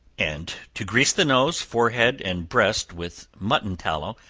and to grease the nose, forehead and breast with mutton tallow,